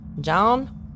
John